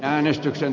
äänestyksen